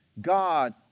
God